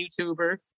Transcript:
YouTuber